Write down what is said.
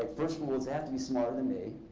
ah first rule is they have to be smarter than me,